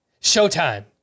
Showtime